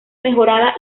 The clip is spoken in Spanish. mejorada